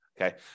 Okay